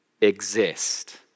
exist